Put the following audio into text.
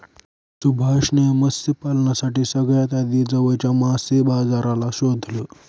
सुभाष ने मत्स्य पालनासाठी सगळ्यात आधी जवळच्या मासे बाजाराला शोधलं